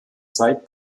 zeit